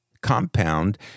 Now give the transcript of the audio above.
compound